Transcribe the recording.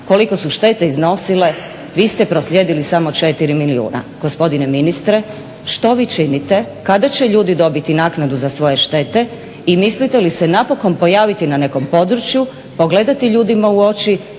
koliko su štete iznosile, vi ste proslijedili samo 4 milijuna. Gospodine ministre što vi činite, kada će ljudi dobiti naknadu za svoje štete? I mislite li se napokon pojaviti na nekom području, pogledati ljudima u oči